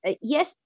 yes